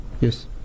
Yes